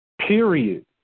Period